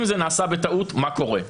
אם זה נעשה בטעות, מה קורה?